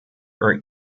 are